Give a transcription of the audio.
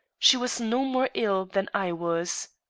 she was no more ill than i was.